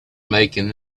making